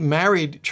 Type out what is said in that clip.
married